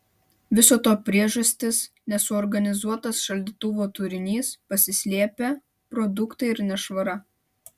viso to priežastys nesuorganizuotas šaldytuvo turinys pasislėpę produktai ir nešvara